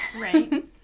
Right